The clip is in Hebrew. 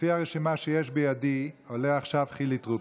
לפי הרשימה שיש בידי עולה עכשיו חילי טרופר.